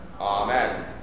Amen